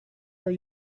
are